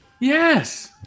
Yes